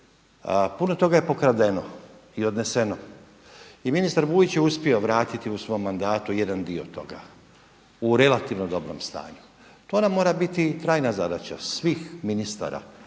puno toga je pokradeno ili odneseno. I ministar Vujić je uspio vratiti u svom mandatu jedan dio toga, u relativno dobrom stanju. To nam mora biti trajna zadaća svih ministara